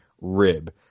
rib